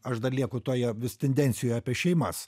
aš dar lieku toje vis tendencijoje apie šeimas